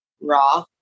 raw